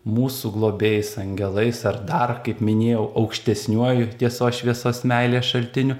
mūsų globėjais angelais ar dar kaip minėjau aukštesniuoju tiesos šviesos meilės šaltiniu